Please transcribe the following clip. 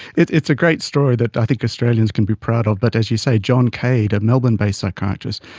it's it's a great story that i think australians can be proud of. but as you say, john cade, a melbourne-based psychiatrist,